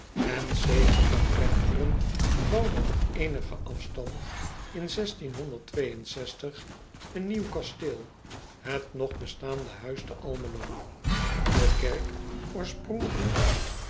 eger van echteren bouwde op eenigen afstand in een nieuw kasteel het nog bestaande h u i s t e l m e l o e kerk oorspronkelijk